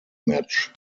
match